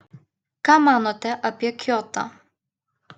ką manote apie kiotą